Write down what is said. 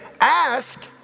ask